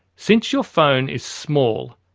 since your phone is small,